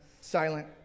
silent